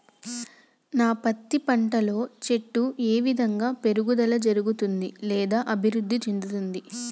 నా పత్తి పంట లో చెట్టు ఏ విధంగా పెరుగుదల జరుగుతుంది లేదా అభివృద్ధి చెందుతుంది?